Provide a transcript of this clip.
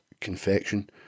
confection